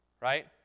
right